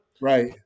Right